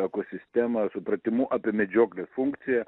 ekosistemą supratimu apie medžioklės funkciją